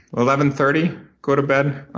um and thirty go to bed,